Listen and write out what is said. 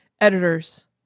Editors